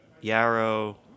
yarrow